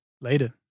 later